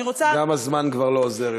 אני רוצה, גם הזמן כבר לא עוזר יותר.